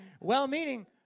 Well-meaning